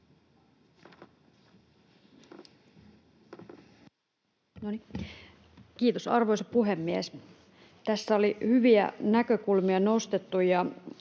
Kiitos, arvoisa puhemies! Tässä oli hyviä näkökulmia nostettu.